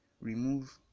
remove